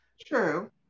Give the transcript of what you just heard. True